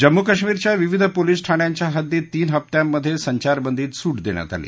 जम्मू कश्मिरच्या विविध पोलीस ठाण्यांच्या हद्दीत तीन हप्प्यांमध्ये संचारबंदीत सुट देण्यात आली